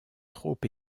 trop